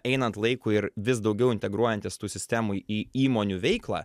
einant laikui ir vis daugiau integruojantis tų sistemų į įmonių veiklą